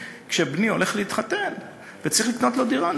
כשבני הולך להתחתן וצריך לקנות לו דירה,